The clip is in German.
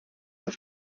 auf